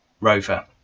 rover